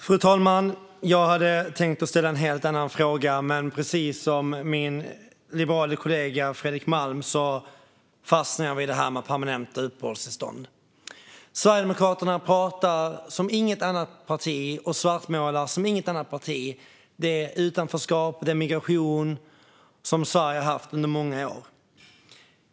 Fru talman! Jag hade tänkt ställa en helt annan fråga, men precis som min liberale kollega Fredrik Malm fastnade jag vid detta med permanenta uppehållstillstånd. Sverigedemokraterna svartmålar som inget annat parti det utanförskap och den migration som Sverige har haft under många år.